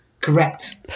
correct